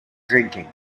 drinking